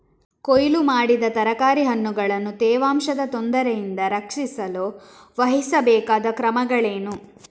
ಕೊಯ್ಲು ಮಾಡಿದ ತರಕಾರಿ ಹಣ್ಣುಗಳನ್ನು ತೇವಾಂಶದ ತೊಂದರೆಯಿಂದ ರಕ್ಷಿಸಲು ವಹಿಸಬೇಕಾದ ಕ್ರಮಗಳೇನು?